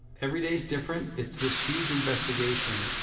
every day is different. it's this huge investigation,